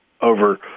over